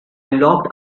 locked